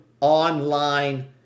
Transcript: online